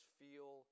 feel